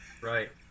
Right